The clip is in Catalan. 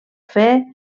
fer